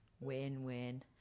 win-win